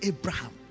Abraham